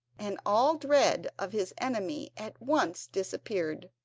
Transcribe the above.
and all dread of his enemy at once disappeared.